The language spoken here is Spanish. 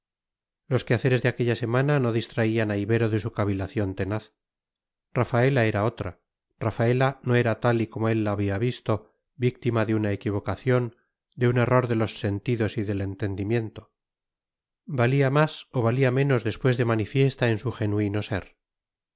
los quehaceres de aquella semana no distraían a ibero de su cavilación tenaz rafaela era otra rafaela no era tal y como él la había visto víctima de una equivocación de un error de los sentidos y del entendimiento valía más o valía menos después de manifiesta en su genuino ser